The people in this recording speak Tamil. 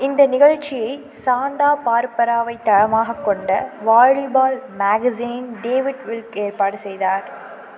இந்த நிகழ்ச்சியை சாண்டா பார்பராவைத் தளமாகக் கொண்ட வாலிபால் மேகசினின் டேவிட் வில்க் ஏற்பாடு செய்தார்